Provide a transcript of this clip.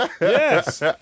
yes